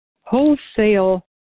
wholesale